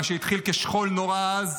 מה שהתחיל כשכול נורא אז,